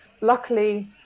Luckily